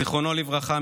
זיכרונו לברכה,